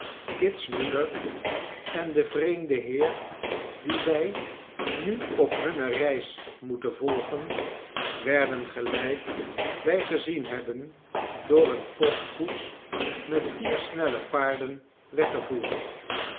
kit's moeder en de vreemde heer die wij nu op hunne reis moeten volgen werden gelijk wij gezien hebben door eene postkoets met vier snelle paarden weggevoerd